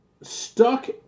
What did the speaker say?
stuck